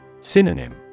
Synonym